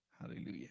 Hallelujah